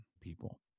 people